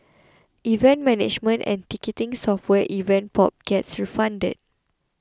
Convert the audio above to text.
event management and ticketing software Event Pop gets funded